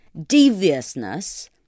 deviousness